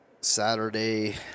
Saturday